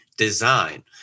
Design